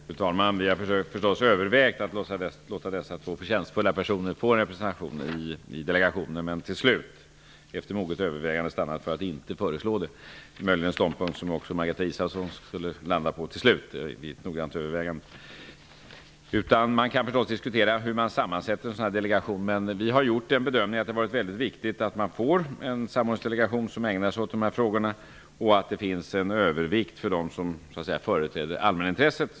Fru talman! Vi har förstås övervägt att även låta dessa två förtjänstfulla personer få representation i delegationen. Till slut har vi dock efter moget övervägande stannat för att inte föreslå det. Det är möjligen en ståndpunkt som Margareta Israelsson också skulle komma fram till efter noggrant övervägande. Man kan förstås diskutera hur en sådan här delegation skall sammansättas, men vi har gjort den bedömningen att det har varit viktigt med en samordningsdelegation som ägnar sig åt dessa frågor och att det finns en övervikt av dem som så att säga företräder allmänintresset.